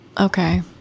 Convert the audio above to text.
okay